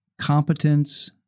competence